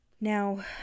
Now